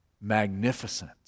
magnificent